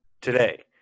today